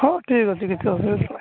ହଁ ଠିକ୍ ଅଛି କିଛି ଅସୁବିଧା ନାହିଁ